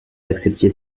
acceptiez